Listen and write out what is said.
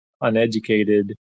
uneducated